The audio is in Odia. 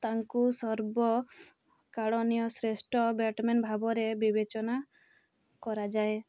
ତାଙ୍କୁ ସର୍ବ କାଳନୀୟ ଶ୍ରେଷ୍ଠ ବ୍ୟାଟ୍ ମ୍ୟାନ୍ ଭାବରେ ବିବେଚନା କରାଯାଏ